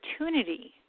opportunity